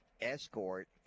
escort